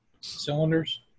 cylinders